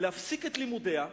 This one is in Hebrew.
להפסיק את לימודיה,